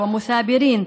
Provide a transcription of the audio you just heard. נשים וגברים,